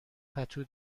پتو